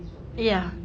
ya